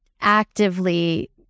actively